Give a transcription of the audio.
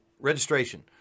registration